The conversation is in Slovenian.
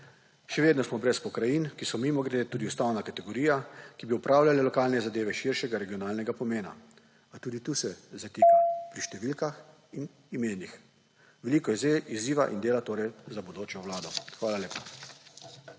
Še vedno smo brez pokrajin, ki so, mimogrede, tudi ustavna kategorija, ki bi opravljale lokalne zadeve širšega regionalnega pomena. A tudi tu se zatika pri številkah in imenih. Veliko izziva in dela torej za bodočo vlado. Hvala lepa.